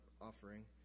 offering